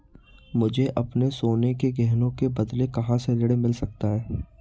मुझे अपने सोने के गहनों के बदले कहां से ऋण मिल सकता है?